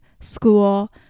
school